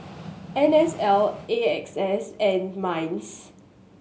N S L A X S and MINDS